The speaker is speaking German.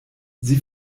sie